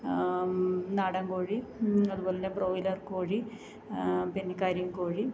നാടൻ കോഴി അതുപോലെ തന്നെ ബ്രോയിലർ കോഴി പിന്നെ കരിങ്കോഴി